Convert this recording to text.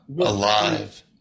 alive